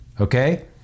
Okay